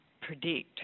predict